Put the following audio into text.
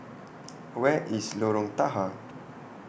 Where IS Lorong Tahar